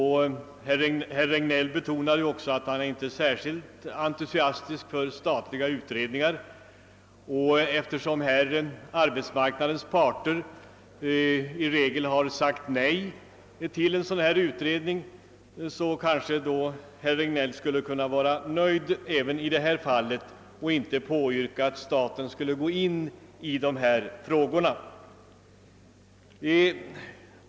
Herr Regnéll betonade att han inte är särskilt entusiastisk för statliga utredningar, och eftersom arbetsmarknadens parter regelmässigt har sagt nej till den begärda utredningen kanske herr Regnéll skulle kunna vara nöjd med det och inte påyrka att staten går in på dessa frågor.